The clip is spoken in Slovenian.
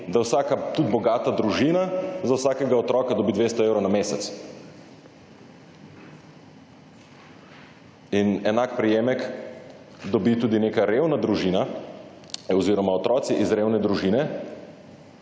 da vsaka tudi bogata družina za vsakega otroka dobi 200 evrov na mesec. In enak prejemek dobi tudi neka revna družina oziroma otroci iz revne družine,